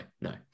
no